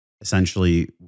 essentially